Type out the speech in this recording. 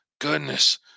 Goodness